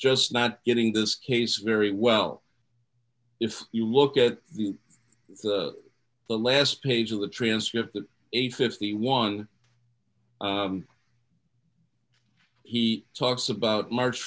just not getting this case very well if you look at the last page of the transcript that age fifty one he talks about march